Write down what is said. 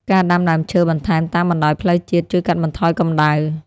ការដាំដើមឈើបន្ថែមតាមបណ្តោយផ្លូវជាតិជួយកាត់បន្ថយកម្ដៅ។